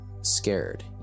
scared